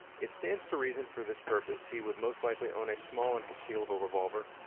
it stands to reason for this purpose he would most likely own a small and concealable revolver,